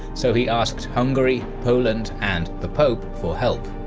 so he asked hungary, poland, and the pope for help.